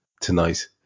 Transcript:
tonight